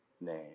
name